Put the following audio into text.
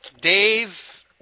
Dave